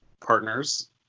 partners